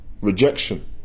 rejection